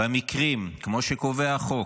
במקרים כמו שקובע החוק,